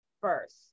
first